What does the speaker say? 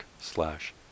slash